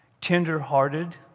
tender-hearted